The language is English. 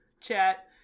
chat